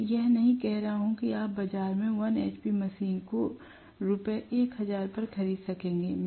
मैं यह नहीं कह रहा हूं कि आप बाजार में 1 hp मशीन को रु 1000 पर खरीद सकेंगे